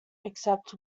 except